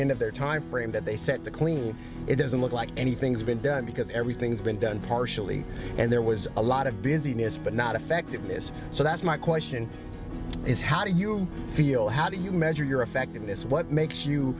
end of their time frame that they sent to clean it doesn't look like anything's been done because everything's been done partially and there was a lot of business but not effectiveness so that's my question is how do you i feel how do you measure your effectiveness what makes you